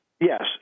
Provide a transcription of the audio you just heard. yes